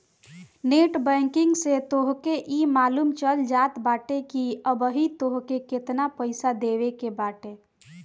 net banking से तोहके इ मालूम चल जात बाटे की अबही तोहके केतना पईसा देवे के बाटे